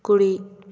కుడి